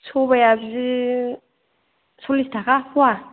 सबाइया जि सल्लिस थाखा फवा